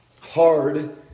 hard